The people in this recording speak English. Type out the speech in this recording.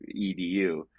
edu